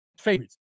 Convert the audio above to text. favorites